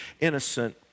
innocent